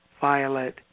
violet